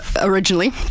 originally